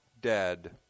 dead